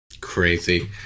Crazy